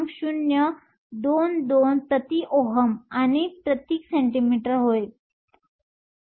022 Ω 1 आणि cm 1 होय